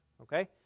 Okay